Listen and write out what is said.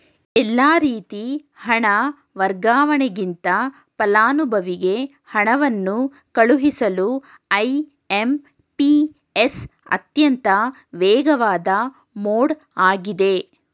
ಎಲ್ಲಾ ರೀತಿ ಹಣ ವರ್ಗಾವಣೆಗಿಂತ ಫಲಾನುಭವಿಗೆ ಹಣವನ್ನು ಕಳುಹಿಸಲು ಐ.ಎಂ.ಪಿ.ಎಸ್ ಅತ್ಯಂತ ವೇಗವಾದ ಮೋಡ್ ಆಗಿದೆ